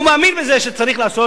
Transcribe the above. הוא מאמין בזה שצריך לעשות,